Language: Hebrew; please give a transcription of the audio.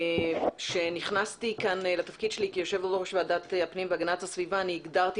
כאשר נכנסתי לתפקיד שלי כיושבת ראש ועדת הפנים והגנת הסביבה הגדרתי